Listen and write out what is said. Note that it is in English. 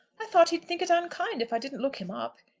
i thought he'd think it unkind if i didn't look him up.